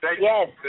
Yes